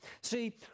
See